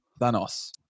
Thanos